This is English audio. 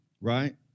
right